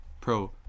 pro